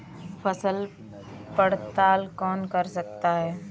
फसल पड़ताल कौन करता है?